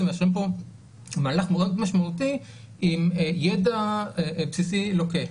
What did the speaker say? מאשרים פה מהלך מאוד משמעותי עם ידע בסיסי לוקה.